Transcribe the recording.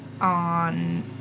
on